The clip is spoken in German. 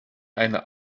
eine